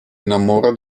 innamora